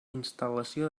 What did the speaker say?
instal·lació